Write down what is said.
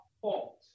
fault